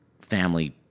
family